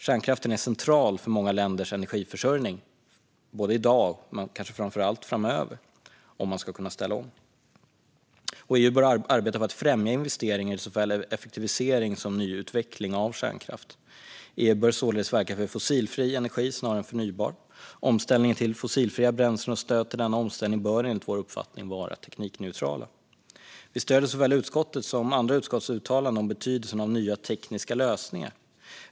Kärnkraften är central för många länders energiförsörjning både i dag och kanske framför allt framöver, om man ska kunna ställa om. EU bör arbeta för att främja investeringar i såväl effektivisering som nyutveckling av kärnkraft. EU bör således verka för fossilfri energi snarare än förnybar. Omställningen till fossilfria bränslen och stöd till denna omställning bör enligt vår uppfattning vara teknikneutrala. Vi stöder såväl utskottets som andra utskotts uttalanden om betydelsen av nya tekniska lösningar.